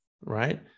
right